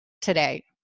today